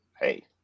hey